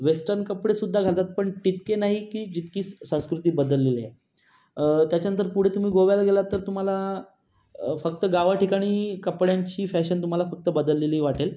western कपडेसुद्धा घालतात पण तितके नाही की जितकी स संस्कृती बदललेली आहे त्याच्यानंतर पुढे तुम्ही गोव्याला गेलात तर तुम्हाला फक्त गावाठिकाणी कपड्यांची फॅशन तुम्हाला फक्त बदललेली वाटेल